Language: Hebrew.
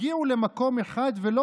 אתה